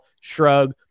shrug